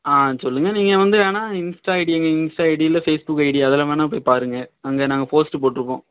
ஆ சொல்லுங்கள் நீங்கள் வந்து வேணுனா இன்ஸ்டா ஐடி எங்கள் இன்ஸ்டா ஐடி இல்லை ஃபேஸ்புக் ஐடி அதில் வேணுனா போய் பாருங்கள் அங்கே நாங்கள் போஸ்ட்டு போட்டுருக்கோம்